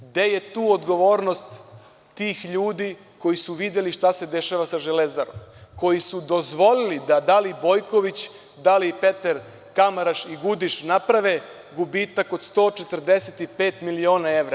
Gde je tu odgovornost tih ljudi koji su videli šta se dešava sa „Železarom“, koji su dozvolili da da li Bojković, da li Peter Kamaraš i Gudiš naprave gubitak od 145 miliona evra?